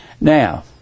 Now